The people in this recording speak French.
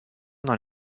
dans